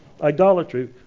Idolatry